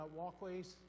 walkways